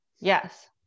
Yes